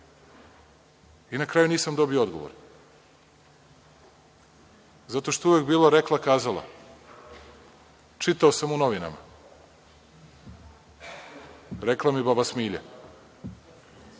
Na kraju nisam dobio odgovor. Zato što je uvek bilo rekla-kazala – čitao sam u novinama, rekla mi baba Smilja.